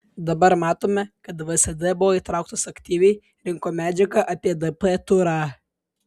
dabar matome kad vsd buvo įtrauktas aktyviai rinko medžiagą apie dp turą